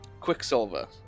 Quicksilver